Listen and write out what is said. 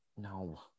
No